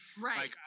Right